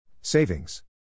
Savings